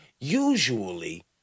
usually